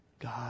God